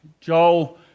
Joel